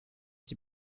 die